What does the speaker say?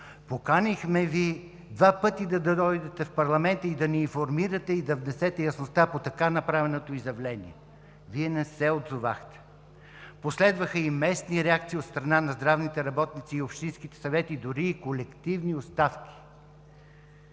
Поканихме Ви два пъти да дойдете в парламента да ни информирате и да внесете яснота по така направеното изявление – Вие не се отзовахте. Последваха местни реакции от страна на здравните работници и общинските съвети, дори и колективни оставки.